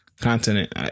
continent